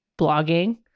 blogging